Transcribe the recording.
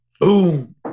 boom